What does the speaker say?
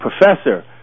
Professor